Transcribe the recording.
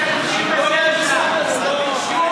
השר אלקין,